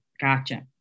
Gotcha